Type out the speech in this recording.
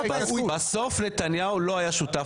בסוף נתניהו לא היה שותף להתנתקות.